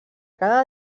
cada